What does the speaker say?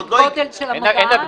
יש גודל של המודעה?